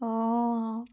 অঁ